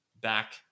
back